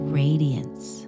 radiance